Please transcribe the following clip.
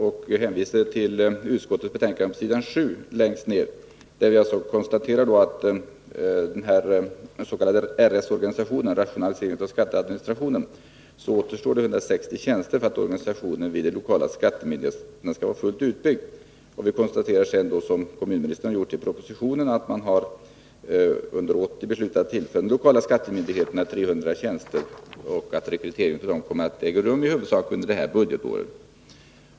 Jag hänvisar till utskottets betänkande, där vi längst ner på s. 7 konstaterar: ”Enligt planerna för den s.k. RS-organisationen återstår 160 tjänster för att organisationen vid de lokala skattemyndigheterna skall vara fullt utbyggd.” Vi konstaterar sedan — liksom kommunministern har gjort i propositionen — att regeringen under 1980 har beslutat tillföra de lokala skattemyndigheterna ca 300 tjänster och att rekryteringen av denna personal i stor utsträckning kommer att ske under det här budgetåret.